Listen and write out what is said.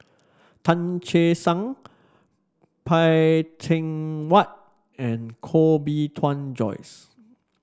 Tan Che Sang Phay Teng Whatt and Koh Bee Tuan Joyce